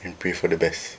and pray for the best